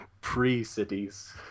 pre-cities